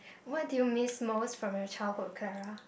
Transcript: what do you miss most from your childhood Claira